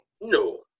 No